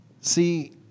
See